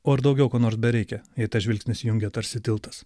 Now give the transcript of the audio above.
o ar daugiau ko nors bereikia tas žvilgsnis jungia tarsi tiltas